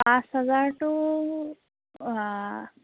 পাঁচ হাজাৰটো